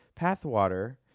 Pathwater